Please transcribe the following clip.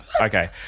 Okay